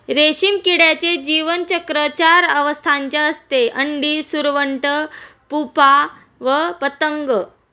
रेशीम किड्याचे जीवनचक्र चार अवस्थांचे असते, अंडी, सुरवंट, प्युपा व पतंग